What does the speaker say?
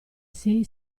sei